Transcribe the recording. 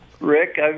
Rick